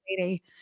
lady